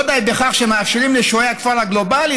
לא די בכך שהם מאפשרים לשועי הכפר הגלובלי,